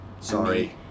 sorry